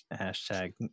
Hashtag